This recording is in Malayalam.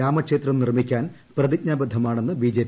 രാമക്ഷേത്രം നിർമ്മിക്കാൻ പ്രതിജ്ഞാബദ്ധമാണെന്ന് ബി ജെ പി